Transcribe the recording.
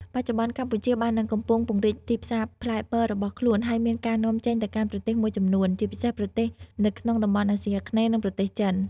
បច្ចុប្បន្ន កម្ពុជាបាននឹងកំពុងពង្រីកទីផ្សារផ្លែបឺររបស់ខ្លួន ហើយមានការនាំចេញទៅកាន់ប្រទេសមួយចំនួន ជាពិសេសប្រទេសនៅក្នុងតំបន់អាស៊ីអាគ្នេយ៍ និងប្រទេសចិន។